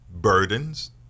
burdens